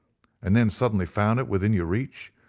and then suddenly found it within your reach,